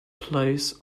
plays